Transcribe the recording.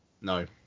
no